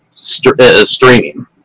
Streaming